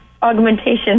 augmentation